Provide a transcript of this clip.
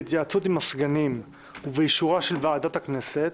בהתייעצות עם הסגנים ובאישורה של ועדת הכנסת,